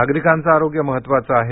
नागरिकांच आरोग्य महत्वाचं आहे